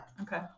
Okay